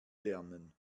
lernen